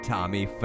Tommy